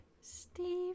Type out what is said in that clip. Steve